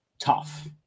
tough